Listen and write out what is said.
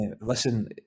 Listen